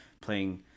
playing